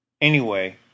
Anyway